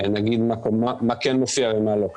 אני אגיד מה מופיע בהצעת החוק ומה לא.